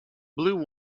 blue